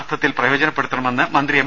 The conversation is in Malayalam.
അർത്ഥത്തിൽ പ്രയോജനപ്പെടുത്തണമെന്ന് മന്ത്രി എം